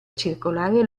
circolare